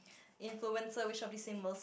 influencer which of these symbols